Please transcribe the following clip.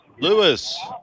Lewis